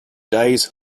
days